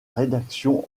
rédaction